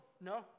no